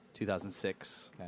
2006